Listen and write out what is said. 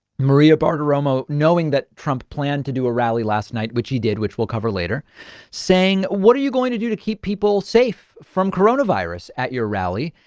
maria bartiromo knowing that trump plan to do a rally last night, which he did, which we'll cover later saying, what are you going to do to keep people safe from corona virus at your rally?